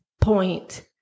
point